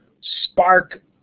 spark